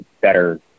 better